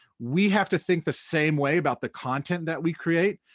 we have to think the same way about the content that we create.